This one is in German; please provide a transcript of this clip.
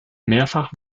mehrfach